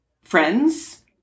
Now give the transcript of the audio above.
friends